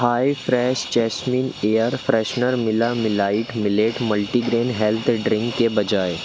हाय fresh jasmine air freshener मिला मेलाइट millet multigrain health drink के बजाय